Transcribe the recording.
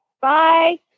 bye